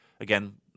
Again